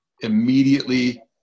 immediately